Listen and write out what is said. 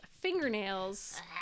fingernails